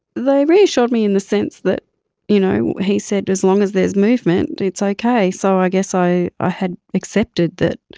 they reassured me in the sense that you know he said as long as there's movement it's okay, so i guess i had accepted that